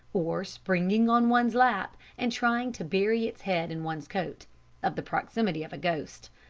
or springing on one's lap and trying to bury its head in one's coat of the proximity of a ghost.